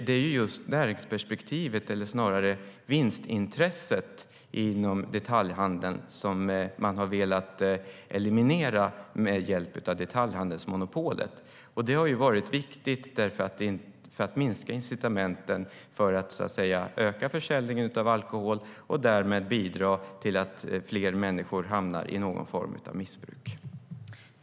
Det är just näringsperspektivet, eller snarare vinstintresset inom detaljhandeln, som man har velat eliminera med hjälp av detaljhandelsmonopolet. Det har varit viktigt för att minska incitamenten för att öka försäljningen av alkohol och därmed bidra till att fler människor hamnar i någon form av missbruk.